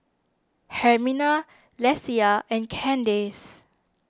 Hermina Lesia and Candace